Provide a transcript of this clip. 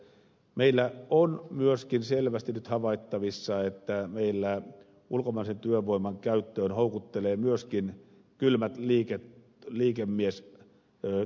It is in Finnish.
meillä on myöskin selvästi nyt havaittavissa että meillä ulkomaisen työvoiman käyttöön houkuttelevat myöskin kylmät liikemiestavoitteet